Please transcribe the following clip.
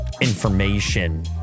information